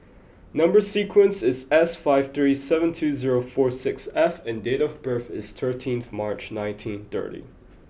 number sequence is S five three seven two zero four six F and date of birth is thirteenth March nineteen thirty